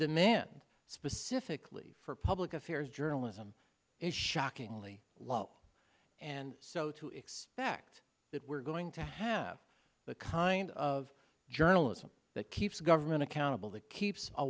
demand specifically for public affairs journalism is shockingly low and so to expect that we're going to have the kind of journalism that keeps the government accountable to keeps a